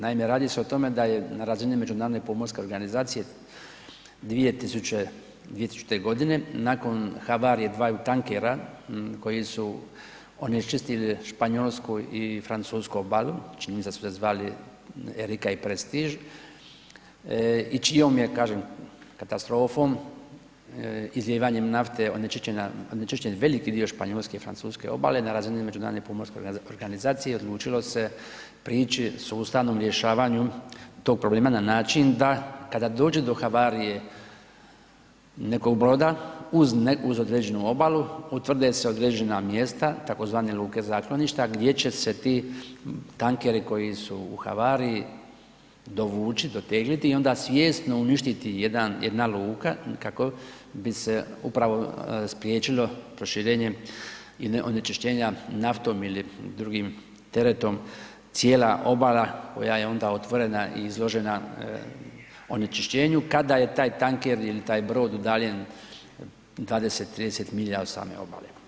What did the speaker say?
Naime, radi se o tome da je na razini međunarodne pomorske organizacije 2000. godine nakon havarije dvaju tankera koji su onečistili Španjolsku i Francusku obalu, čini mi se da su se zvali Erika i Prestiž i čijom je kažem katastrofom, izlijevanjem nafte onečišćena, onečišćen veliki dio Španjolske i Francuske obale na razini međunarodne pomorske organizacije odlučilo se priči sustavnom rješavanju tog problema na način da kada dođe do havarije nekog broda uz određenu obalu utvrde se određena mjesta tzv. luke zakloništa gdje će se ti tankeri koji su u havariji dovući, dotegliti i onda svjesno uništiti jedna luka kako bi se upravo spriječilo proširenje onečišćenja naftom ili drugim teretom cijela obala koja je onda otvorena i izložena onečišćenju kada je taj tanker ili taj brod udaljen 20, 30 milja od same obale.